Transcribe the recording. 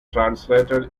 translated